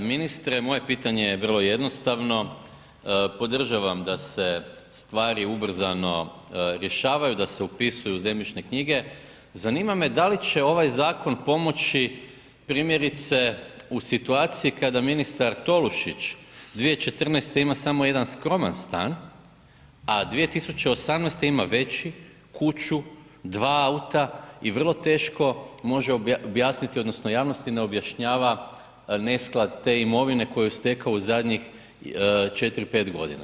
G. ministre, moje pitanje je vrlo jednostavno, podržavam da se stvari ubrzano rješavaju, da se upisuju u zemljišne knjige, zanima me da li će ovaj zakon pomoći primjerice u situaciji kada ministar Tolušić 2014. ima samo jedan skroman stan a 2018. ima veći, kuću, dva auta i vrlo teško može objasniti odnosno javnosti ne objašnjava nesklad te imovine koju je stekao u zadnjih 4, 5 godina.